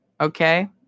okay